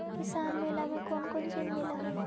किसान मेला मे कोन कोन चिज मिलै है?